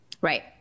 right